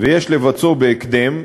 ויש לבצעו בהקדם,